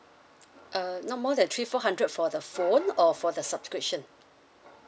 uh not more than three four hundred for the phone or for the subscription